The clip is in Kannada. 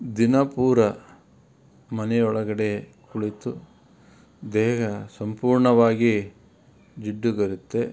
ದಿನ ಪೂರ ಮನೆಯೊಳಗಡೆ ಕುಳಿತು ದೇಹ ಸಂಪೂರ್ಣವಾಗಿ ಜಿಡ್ಡು ಬರುತ್ತೆ